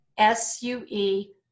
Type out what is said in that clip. s-u-e